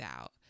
out